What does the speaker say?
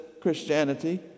Christianity